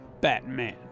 Batman